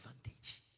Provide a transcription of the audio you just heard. advantage